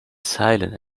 silent